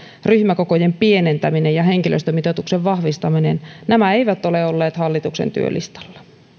ryhmäkokojen pienentäminen ja henkilöstömitoituksen vahvistaminen eivät ole olleet hallituksen työlistalla